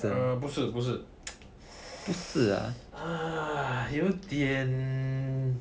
err 不是不是 !hais! 有点